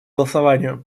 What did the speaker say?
голосованию